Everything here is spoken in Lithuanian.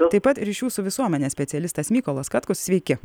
taip pat ryšių su visuomene specialistas mykolas katkus sveiki